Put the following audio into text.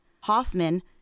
Hoffman